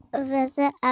visit